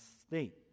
state